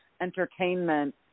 entertainment